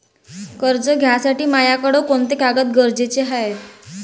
कर्ज घ्यासाठी मायाकडं कोंते कागद गरजेचे हाय?